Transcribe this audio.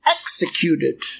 executed